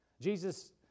Jesus